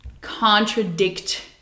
contradict